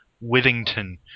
Withington